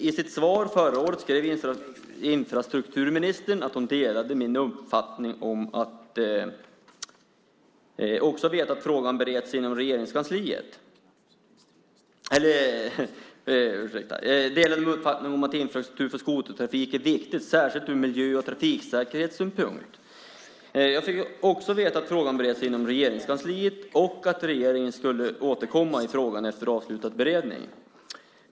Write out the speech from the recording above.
I sitt svar förra året skrev infrastrukturministern att hon delade min uppfattning om att infrastruktur för skotertrafik är viktigt, särskilt ur miljö och trafiksäkerhetssynpunkt. Jag fick också veta att frågan bereddes inom Regeringskansliet och att regeringen skulle återkomma i frågan efter avslutad beredning.